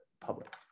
public